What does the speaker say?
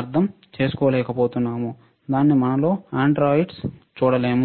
అర్థం చేసుకోలేకపోతున్నాము దానిని మనలో అండర్గ్రాడ్స్ చూడలేము